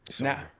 Now